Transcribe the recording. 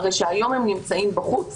הרי שהיום הם נמצאים בחוץ,